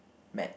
Math